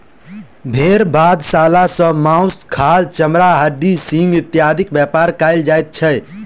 भेंड़ बधशाला सॅ मौस, खाल, चमड़ा, हड्डी, सिंग इत्यादिक व्यापार कयल जाइत छै